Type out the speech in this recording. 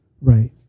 Right